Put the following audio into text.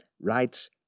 writes